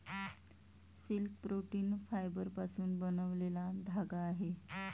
silk protein फायबरपासून बनलेला धागा आहे